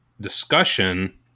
discussion